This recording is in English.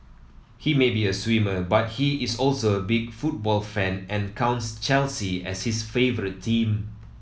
he may be a swimmer but he is also a big football fan and counts Chelsea as his favourite team